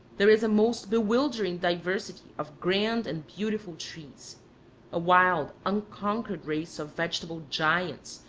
there is a most bewildering diversity of grand and beautiful trees a wild, unconquered race of vegetable giants,